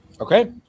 okay